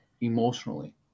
emotionally